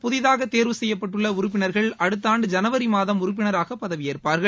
புதிதாக தேர்வு செய்யப்பட்டுள்ள உறுப்பினர்கள் அடுத்த ஆண்டு ஜனவரி மாதம் உறுப்பினராக பதவியேற்பாா்கள்